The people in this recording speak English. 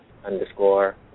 Underscore